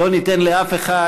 לא ניתן לאף אחד,